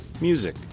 music